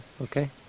Okay